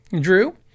Drew